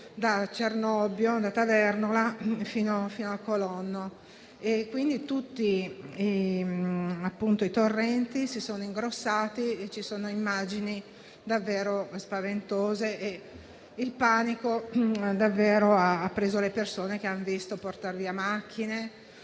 da Cernobbio e Tavernola fino a Colonno; tutti i torrenti si sono ingrossati e le immagini sono davvero spaventose. Il panico ha preso le persone, che hanno visto portare via le macchine;